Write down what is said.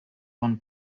one